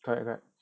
correct correct